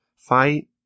Fight